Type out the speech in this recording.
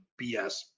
BS